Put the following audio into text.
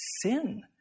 Sin